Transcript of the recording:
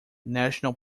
national